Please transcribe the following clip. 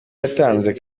yatanze